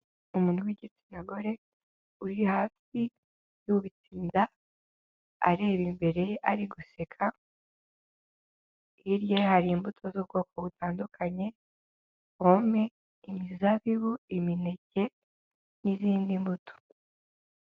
Umuntu w'igitsina gore uri hafi y'bitinda areba imbere ye ari guseka hirya hari imbuto z'ubwoko butandukanye pome, imizabibu, imineke, n'izindi mbuto.